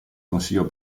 consiglio